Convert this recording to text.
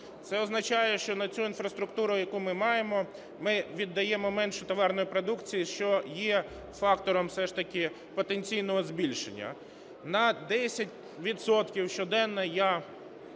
Це означає, що на цю інфраструктуру, яку ми маємо, ми віддаємо менше товарної продукції, що є фактором все ж таки потенційного збільшення. На 10 відсотків